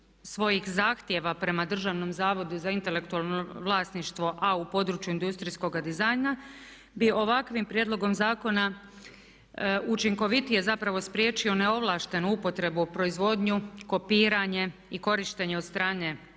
svojih zahtjeva prema Državnom zavodu za intelektualno vlasništvo a u području industrijskoga dizajna bi ovakvim prijedlogom zakona učinkovitije zapravo spriječio neovlaštenu upotrebu, proizvodnju, kopiranje i korištenje od strane